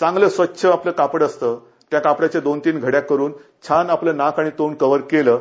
चांगलं स्वच्छ आपलं कापड असतं त्या कापडाच्या तीन चार घड्या घालून छान आपलं नाक आणि तोंड कव्हर केलं